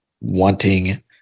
wanting